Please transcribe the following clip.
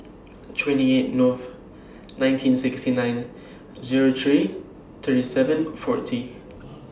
twenty eight Nov nineteen sixty nine Zero six thirty seven forty